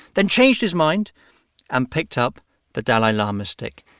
then changed his mind and picked up the dalai lama's stick.